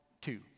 two